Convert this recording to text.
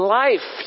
life